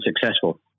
successful